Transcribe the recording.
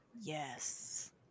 yes